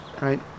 Right